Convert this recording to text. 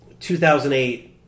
2008